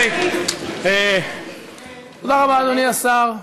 תודה רבה, אדוני השר.